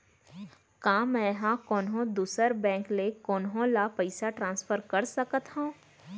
का मै हा कोनहो दुसर बैंक ले कोनहो ला पईसा ट्रांसफर कर सकत हव?